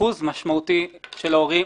אחוז משמעותי של ההורים,